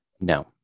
No